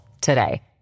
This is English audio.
today